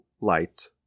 light